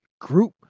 group